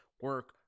Work